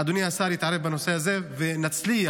אדוני השר יתערב גם בנושא הזה, ונצליח